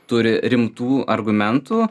turi rimtų argumentų